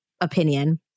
opinion